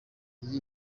iyi